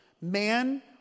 Man